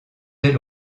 ailes